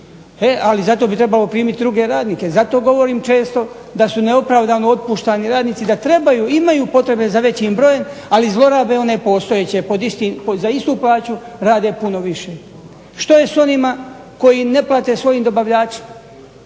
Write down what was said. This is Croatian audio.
ali zato bi trebalo primiti druge radnike. Zato govorim često da su neopravdano otpuštani radnici, da trebaju, imaju potrebe za većim brojem, ali zlorabe one postojeće za istu plaću rade puno više. Što je s onima koji ne plate svojim dobavljačima?